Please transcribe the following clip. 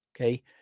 Okay